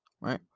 right